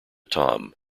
tom